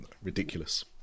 Ridiculous